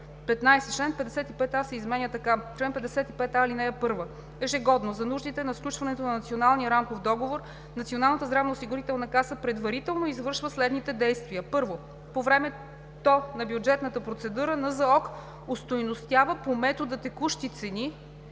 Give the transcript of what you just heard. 15. Чл. 55а се изменя така: „Чл. 55а. (1) Ежегодно за нуждите на сключването на Националния рамков договор Националната здравноосигурителна каса предварително извършва следните действия: 1. По времето на бюджетната процедура НЗОК остойностява по метода „текущи цени“